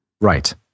Right